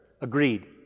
agreed